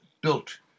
built